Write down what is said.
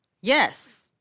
Yes